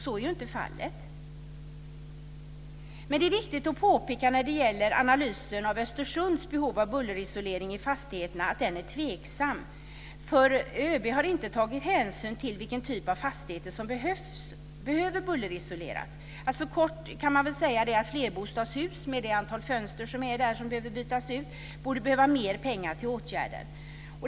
Så är inte fallet. Det är viktigt att påpeka att analysen av Östersunds behov av bullerisolering i fastigheterna är tveksam. ÖB har inte tagit hänsyn till vilken typ av fastigheter som behöver bullerisoleras. Kort kan man säga att flerbostadshus, med det antal fönster som behöver bytas ut, borde behöva mer pengar till åtgärder.